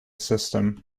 system